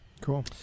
Cool